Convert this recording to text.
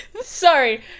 Sorry